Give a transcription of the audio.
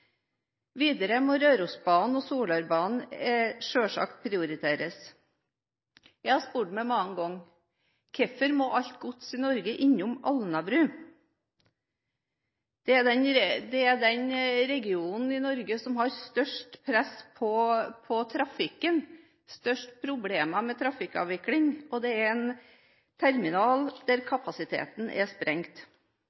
Videre må Rørosbanen og Solørbanen selvsagt prioriteres. Jeg har spurt meg selv mange ganger: Hvorfor må alt gods i Norge innom Alnabru? Det er den regionen i Norge som har størst press i trafikken, størst problemer med trafikkavvikling, og det er en terminal der